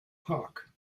park